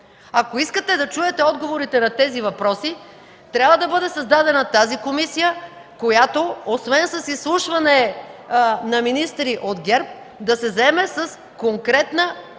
Ако искате да чуете отговорите на тези въпроси, трябва да бъде създадена тази комисия, която освен с изслушване на министри от ГЕРБ, да се заеме с конкретна